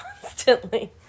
constantly